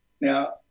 Now